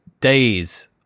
days